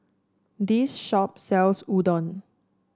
this shop sells Udon